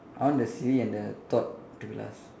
I want the silly and the thought to be last